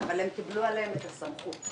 אבל הם קיבלו עליהם את הסמכות.